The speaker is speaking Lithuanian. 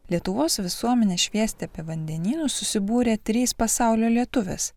lietuvos visuomenę šviesti apie vandenynus susibūrė trys pasaulio lietuvės